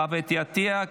חוה אתי עטייה,